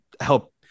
help